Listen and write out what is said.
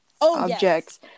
objects